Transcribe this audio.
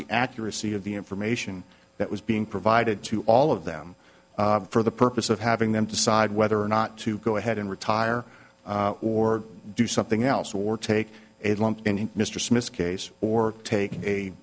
the accuracy of the information that was being provided to all of them for the purpose of having them decide whether or not to go ahead and retire or do something else or take a lump in mr smith's case or take a